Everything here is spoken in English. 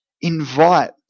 Invite